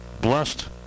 blessed